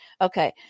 Okay